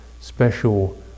special